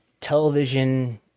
television